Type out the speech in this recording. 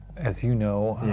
as you know,